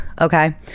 okay